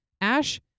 Ash